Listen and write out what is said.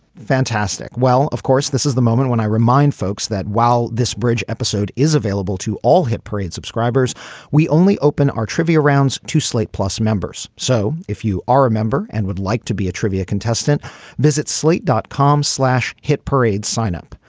fantastic. well of course this is the moment when i remind folks that while this bridge episode is available to all hit parade subscribers we only open our trivia rounds to slate plus members. so if you are a member and would like to be a trivia contestant visit slate dot com slash hit parade sign up.